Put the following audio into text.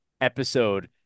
episode